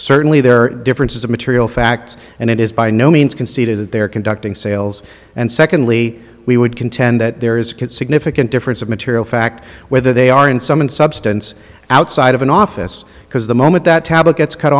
certainly there are differences of material facts and it is by no means conceded that they are conducting sales and secondly we would contend that there is could significant difference of material fact whether they are in some in substance outside of an office because the moment that tablet gets cut